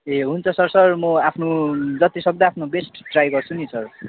ए हुन्छ sir sir म आफ्नो जतिसक्दो आफ्नो बेस्ट ट्राई गर्छु नि सर